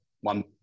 one